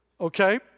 okay